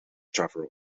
traveler